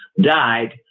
died